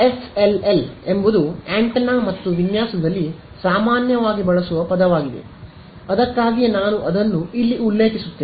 SLL ಎಂಬುದು antenna ಮತ್ತು ವಿನ್ಯಾಸದಲ್ಲಿ ಸಾಮಾನ್ಯವಾಗಿ ಬಳಸುವ ಪದವಾಗಿದೆ ಅದಕ್ಕಾಗಿಯೇ ನಾನು ಅದನ್ನು ಇಲ್ಲಿ ಉಲ್ಲೇಖಿಸುತ್ತೇನೆ